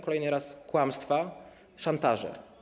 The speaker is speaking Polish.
Kolejny raz kłamstwa, szantaże.